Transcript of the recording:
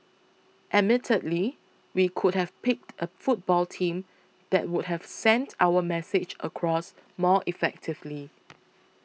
admittedly we could have picked a football team that would have sent our message across more effectively